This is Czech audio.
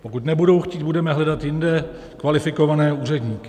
Pokud nebudou chtít, budeme hledat jinde kvalifikované úředníky.